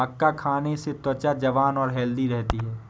मक्का खाने से त्वचा जवान और हैल्दी रहती है